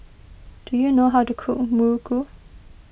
do you know how to cook Muruku